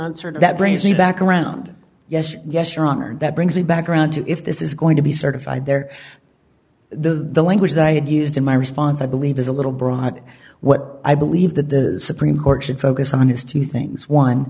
sir that brings me back around yes yes your honor that brings me back around to if this is going to be certified there the language that i had used in my response i believe is a little broad what i believe that the supreme court should focus on is two things one